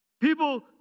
People